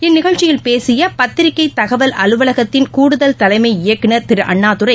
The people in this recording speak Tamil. இந்த நிகழ்ச்சியில் பேசிய பத்திரிகை தகவல் அலுவலகத்தின் கூடுதல் தலைமை இயக்குளர் திரு அண்ணதுரை